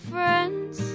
Friends